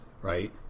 right